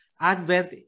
Advent